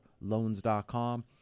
loans.com